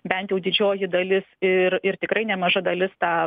bent jau didžioji dalis ir ir tikrai nemaža dalis tą